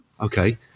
Okay